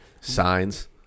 Signs